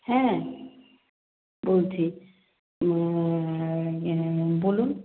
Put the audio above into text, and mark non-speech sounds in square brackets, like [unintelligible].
হ্যাঁ বলছি [unintelligible] বলুন